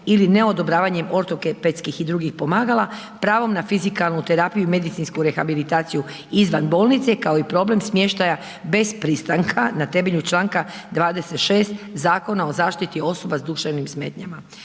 ili neodobravanjem ortopedskih i drugih pomagala, pravo na fizikalnu terapiju i medicinsku rehabilitaciju izvan bolnice, kao i problem smještaja bez pristanka na temelju članka 26. Zakona o zaštiti osoba s duševnim smetnjama.